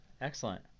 excellent